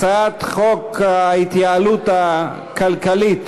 הצעת חוק ההתייעלות הכלכלית